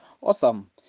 Awesome